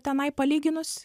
tenai palyginus